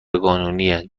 قانونیه